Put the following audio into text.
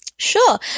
Sure